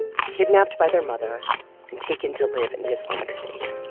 were kidnapped by their mother and taken to live in the islamic state.